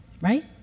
right